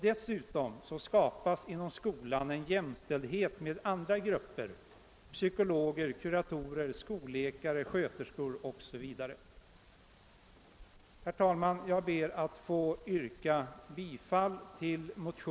Dessutom skapas inom skolan en jämställdhet med andra grupper: psykologer, kuratorer, skolläkare, sköterskor 0. S. V. Herr talman! Jag ber att få yrka bi